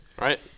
Right